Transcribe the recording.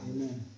Amen